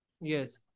Yes